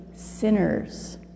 Sinners